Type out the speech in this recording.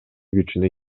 күчүнө